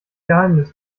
geheimnis